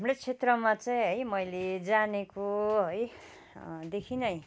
हाम्रो क्षेत्रमा चाहिँ है मैले जानेको है देखी नै